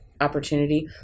opportunity